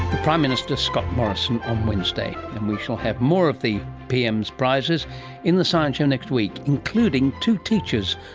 the prime minister scott morrison on ah wednesday, and we shall have more of the pm's prizes in the science show next week, including two teachers,